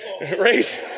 Raise